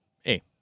hey